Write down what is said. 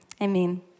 amen